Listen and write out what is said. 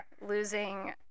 losing